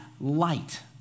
light